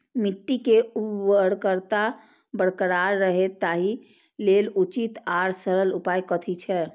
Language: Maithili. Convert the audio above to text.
मिट्टी के उर्वरकता बरकरार रहे ताहि लेल उचित आर सरल उपाय कथी छे?